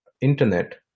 internet